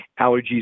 allergies